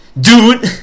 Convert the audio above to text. dude